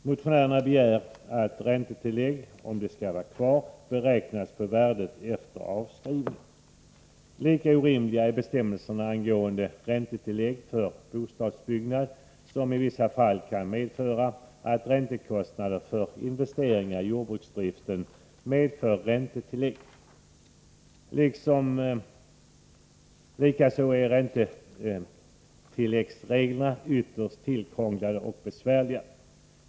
Motionärerna begär att räntetillägget, om det skall vara kvar, beräknas på värdet efter avskrivning. Motionärerna anser vidare att bestämmelserna angående räntetillägg för bostadsbyggnad är lika orimliga och i vissa fall kan innebära att räntekostnader för investeringar i jordbruksdriften medför räntetillägg. Likaså är räntetilläggsreglerna ytterst tillkrånglade och besvärliga.